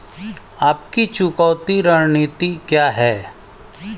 आपकी चुकौती रणनीति क्या है?